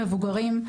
מבוגרים,